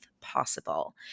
possible